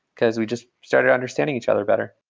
because we just started understanding each other better.